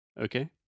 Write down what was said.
Okay